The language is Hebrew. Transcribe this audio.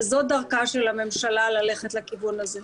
וזו דרכה של הממשלה ללכת לכיוון הזה.